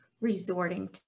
resorting